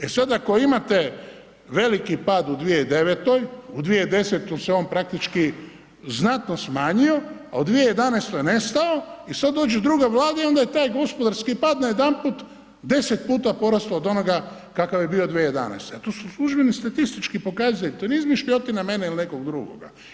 E sad ako imate veliki pad u 2009., u 2010. se on praktički on znatno smanjio, a u 2011. nestao i sad dođe druga vlada i onda je taj gospodarski pad najedanput 10 puta porastao od onoga kakav je bio 2011., a to su službeni statistički pokazatelji, to nije izmišljotina mene ili nekoga drugoga.